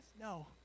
No